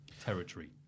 Territory